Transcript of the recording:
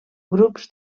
grups